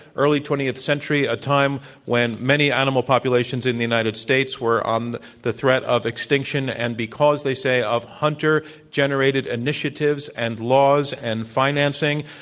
early twentieth century, a time when many animal populations in the united states were on the threat of extinction. and because of they say of hunter generated initiatives, and laws, and financing,